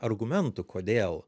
argumentų kodėl